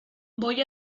voy